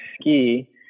ski